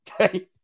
okay